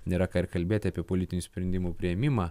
nėra ką ir kalbėti apie politinių sprendimų priėmimą